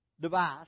device